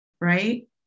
right